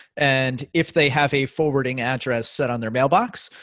and if they have a forwarding address set on their mailbox,